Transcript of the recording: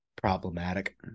problematic